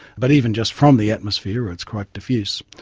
but even just from the atmosphere where it's quite diffuse,